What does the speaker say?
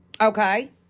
Okay